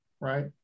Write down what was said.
right